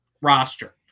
roster